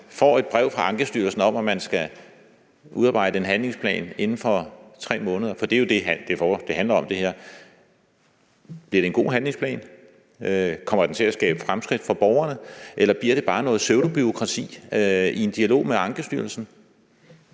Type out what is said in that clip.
får et brev fra Ankestyrelsen om, at man skal udarbejde en handlingsplan inden for 3 måneder, for det er jo det, som det her handler om, bliver det så en god handlingsplan? Kommer den til at skabe fremskridt for borgerne? Eller bliver det bare noget pseudobureaukrati i en dialog med Ankestyrelsen?